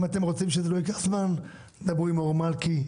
אם אתם רוצים שזה לא ייקח זמן, דברו עם אור מלכי.